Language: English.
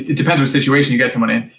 it depends what situation you get someone in.